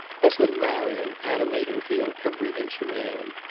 as with marion, anna made him feel every inch a man.